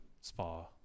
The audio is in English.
spa